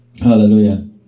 Hallelujah